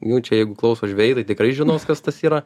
nu čia jeigu klauso žvejai tai tikrai žinos kas tas yra